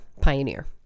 pioneer